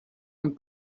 und